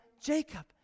Jacob